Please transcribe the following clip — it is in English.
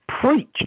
preach